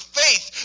faith